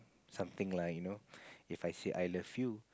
something like you know If I say I love you